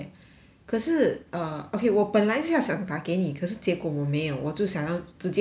可是 uh okay 我本来是要想打给你可是结果我没有我就想要直接走了 mah